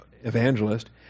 evangelist